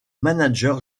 manager